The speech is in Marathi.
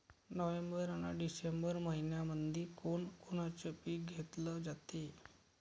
नोव्हेंबर अन डिसेंबर मइन्यामंधी कोण कोनचं पीक घेतलं जाते?